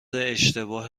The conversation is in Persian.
اشتباه